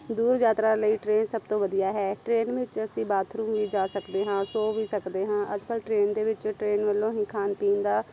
ਦੂਰ ਯਾਤਰਾ ਲਈ ਟ੍ਰੇਨ ਸਭ ਤੋਂ ਵਧੀਆ ਹੈ ਟ੍ਰੇਨ ਵਿੱਚ ਅਸੀਂ ਬਾਥਰੂਮ ਵੀ ਜਾ ਸਕਦੇ ਹਾਂ ਸੋ ਵੀ ਸਕਦੇ ਹਾਂ ਅੱਜ ਕੱਲ੍ਹ ਟ੍ਰੇਨ ਦੇ ਵਿੱਚੋਂ ਟ੍ਰੇਨ ਵੱਲੋਂ ਹੀ ਖਾਣ ਪੀਣ ਦਾ